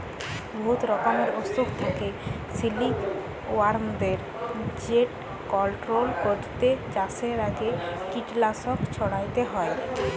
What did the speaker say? বহুত রকমের অসুখ থ্যাকে সিলিকওয়ার্মদের যেট কলট্রল ক্যইরতে চাষের আগে কীটলাসক ছইড়াতে হ্যয়